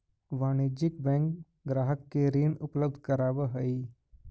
वाणिज्यिक बैंक ग्राहक के ऋण उपलब्ध करावऽ हइ